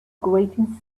grating